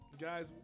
Guys